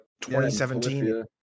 2017